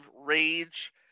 rage